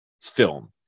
film